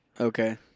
Okay